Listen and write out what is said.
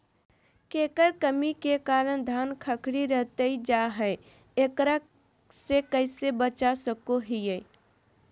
केकर कमी के कारण धान खखड़ी रहतई जा है, एकरा से कैसे बचा सको हियय?